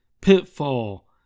Pitfall